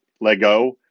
Lego